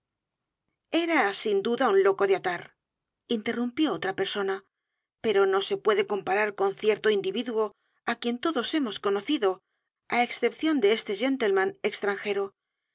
era sin duda un loco de atar interrumpió otra persona pero no se puede comparar con cierto individuo á quien todos hemos conocido á excepción de este gentleman extranjero